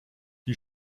die